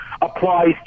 applies